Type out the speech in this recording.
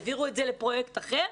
העבירו את זה לפרויקט אחר,